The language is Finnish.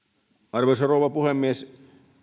arvoisa rouva puhemies